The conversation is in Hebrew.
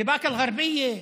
בבאקה אל-גרבייה,